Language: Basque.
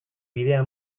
bidea